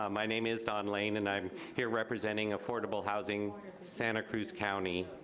um my name is don lane and i'm here representing affordable housing santa cruz county.